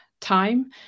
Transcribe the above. time